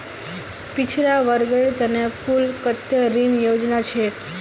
पिछड़ा वर्गेर त न कुल कत्ते ऋण योजना छेक